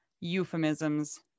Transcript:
euphemisms